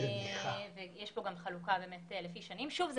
שוב,